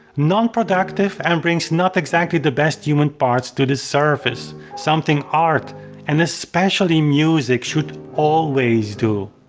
non productive and brings not exactly the best human parts to the surface, something art and especially music should always do.